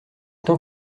temps